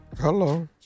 Hello